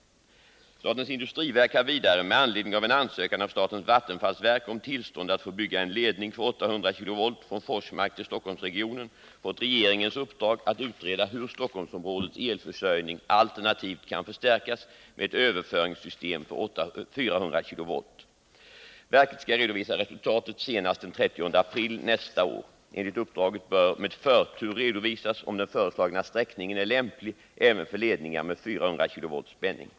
Statens industriverk har vidare med anledning av en ansökan av statens vattenfallsverk om tillstånd att få bygga en ledning för 800 kV från Forsmark till Stockholmsregionen fått regeringens uppdrag att utreda hur Storstockholmsområdets elförsörjning alternativt kan förstärkas med ett överförings 201 system för 400 kV. Verket skall redovisa resultatet senast den 30 april nästa år. Enligt uppdraget bör med förtur redovisas, om den föreslagna sträckningen är lämplig även för ledningar med 400 kV spänning.